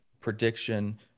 prediction